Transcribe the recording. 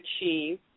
achieve